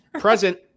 present